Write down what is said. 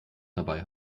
dabei